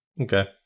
Okay